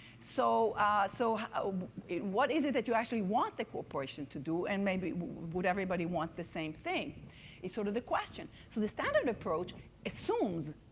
so so what is it that you actually want the corporation to do? and maybe, would everybody want the same thing is sort of the question. so the standard approach assumes,